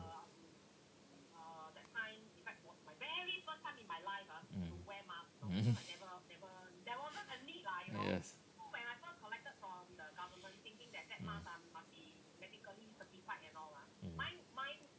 mm mm yes mm mm